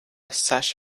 sash